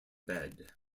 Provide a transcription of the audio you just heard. bed